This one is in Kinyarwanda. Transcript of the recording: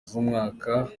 z’umwaka